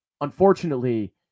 unfortunately